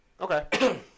Okay